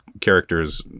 characters